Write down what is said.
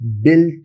built